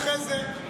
אני עולה אחרי זה.